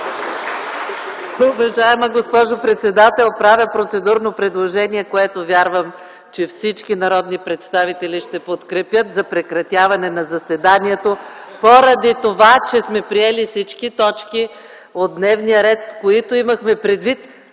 Уважаема госпожо председател, правя процедурно предложение, което вярвам, че всички народни представители ще подкрепят, за прекратяване на заседанието, поради това че сме приели всички точки от дневния ред, които имахме предвид